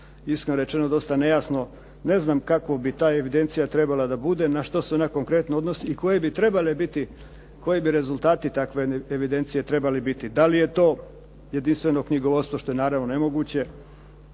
iskreno rečeno dosta nejasno. Ne znam kakva bi ta evidencija trebala da bude, na što se ona konkretno odnosi i koji bi rezultati takve jedne evidencije trebali biti, da li je to jedinstveno knjigovodstvo što je naravno nemoguće,